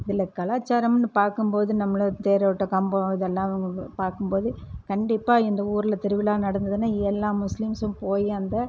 இதில் கலாச்சாரம்ன்னு பார்க்கும்போது நம்மளை தேரோட்டம் கம்பம் இதெல்லாம் பார்க்கும்போது கண்டிப்பாக இந்த ஊரில் திருவிழா நடந்துதுன்னா எல்லா முஸ்லீம்ஸும் போய் அந்த